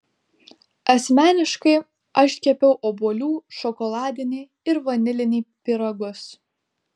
asmeniškai aš kepiau obuolių šokoladinį ir vanilinį pyragus